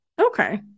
Okay